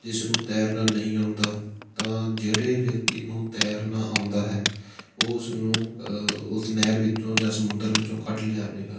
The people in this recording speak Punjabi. ਜਿਸ ਨੂੰ ਤੈਰਨਾ ਨਹੀਂ ਆਉਂਦਾ ਤਾਂ ਜਿਹੜੇ ਵਿਅਕਤੀ ਨੂੰ ਤੈਰਨਾ ਆਉਂਦਾ ਹੈ ਉਹ ਉਸ ਨੂੰ ਉਸ ਨਹਿਰ ਵਿੱਚੋਂ ਜਾਂ ਸਮੁੰਦਰ ਵਿੱਚੋਂ ਕੱਢ ਲਿਆਵੇਗਾ